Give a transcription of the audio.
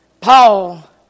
Paul